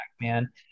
man